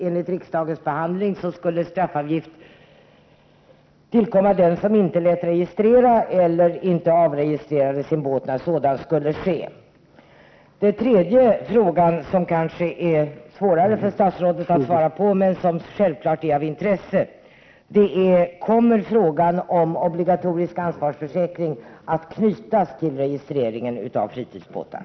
Enligt riksdagens behandling skulle straffavgift drabba den som inte lät registrera sin båt eller inte avregistrerade båten när så skulle ske. Den tredje frågan — som kanske är svårare för statsrådet att svara på men som självfallet är av intresse — är huruvida frågan om obligatorisk ansvarsförsäkring kommer att knytas till registreringen av fritidsbåtar.